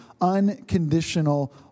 unconditional